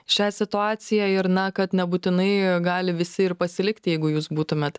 šią situaciją ir na kad nebūtinai gali visi ir pasilikti jeigu jūs būtumėt